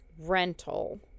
rental